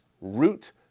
root